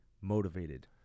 motivated